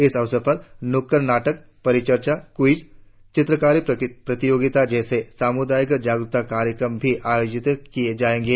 इस अवसर पर नुक्कड़ नाटक परिचर्चा क्विज चित्रकारी प्रतियोगिता जैसे सामुदायिक जागरुकता कार्यक्रम भी आयोजित किए जाएंगे